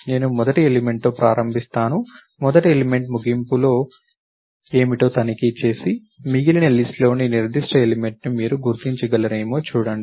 నేను మొదటి ఎలిమెంట్ తో ప్రారంభిస్తాను మొదటి ఎలిమెంట్ ముగింపు ఏమిటో తనిఖీ చేసి మిగిలిన లిస్ట్ లోని నిర్దిష్ట ఎలిమెంట్ ని మీరు గుర్తించగలిరేమో చూడండి